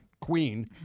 queen